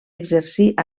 exercir